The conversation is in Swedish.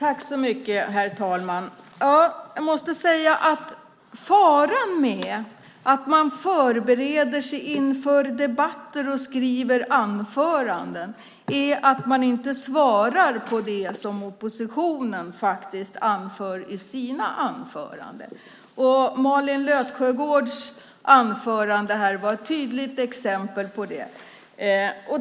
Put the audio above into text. Herr talman! Faran med att man förbereder sig inför debatter och skriver anföranden är att man inte svarar på det oppositionen anför i sina anföranden. Malin Löfsjögårds anförande här var ett tydligt exempel på det.